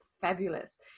fabulous